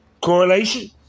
Correlation